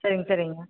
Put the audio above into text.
சரிங்க சரிங்க